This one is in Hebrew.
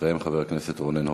אחריהן, חבר הכנסת רונן הופמן.